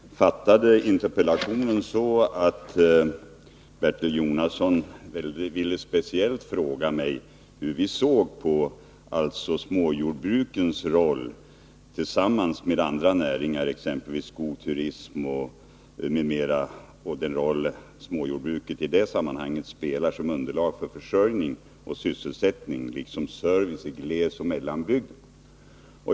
Herr talman! Jag uppfattade interpellationen så, att Bertil Jonasson speciellt ville fråga mig hur vi i regeringen ser på den roll småjordbruket tillsammans med andra näringar — skog, turism m.m. — spelar som underlag för försörjning och sysselsättning liksom service i glesoch mellanbygd.